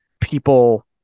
People